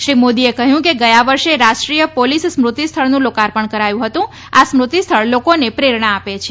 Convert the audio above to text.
શ્રી મોદીએ કહ્યું કે ગયા વર્ષે રાષ્ટ્રીય પોલીસ સ્મૃતિસ્થળનું લોકાર્પણ કરાયું હતું આ સ્મૃતિસ્થળ લોકોને પ્રેરણા આપે છે